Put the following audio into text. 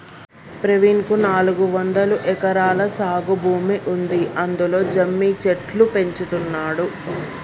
ప్రవీణ్ కు నాలుగొందలు ఎకరాల సాగు భూమి ఉంది అందులో జమ్మి చెట్లు పెంచుతున్నాడు